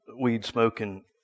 weed-smoking